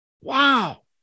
wow